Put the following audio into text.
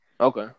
Okay